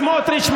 סמוטריץ',